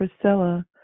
Priscilla